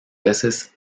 veces